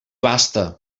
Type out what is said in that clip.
basta